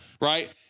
Right